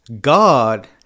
God